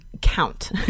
count